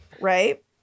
right